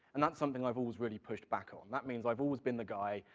and that's something i've always really pushed back on, that means i've always been the guy,